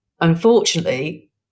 unfortunately